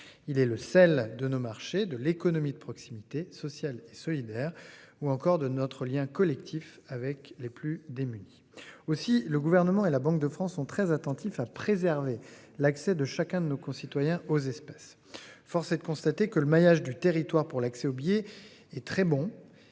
Il est le sel de nos marchés de l'économie de proximité sociale et solidaire, ou encore de notre lien collectif avec les plus démunis. Aussi le gouvernement et la Banque de France sont très attentifs à préserver l'accès de chacun de nos concitoyens aux espèces, force est de constater que le maillage du territoire pour l'accès aux billets est très bon.